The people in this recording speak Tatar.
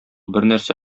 бернәрсә